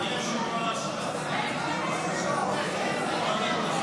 איסור הנחת דברי פרסומת בתיבות דואר ופיצויים לדוגמה),